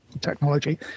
technology